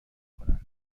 کنند